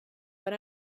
but